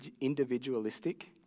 individualistic